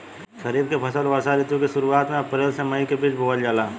खरीफ के फसल वर्षा ऋतु के शुरुआत में अप्रैल से मई के बीच बोअल जाला